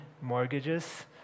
mortgages